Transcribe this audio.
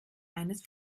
eines